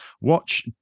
Watch